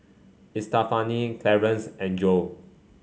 Estefani Clarence and Joe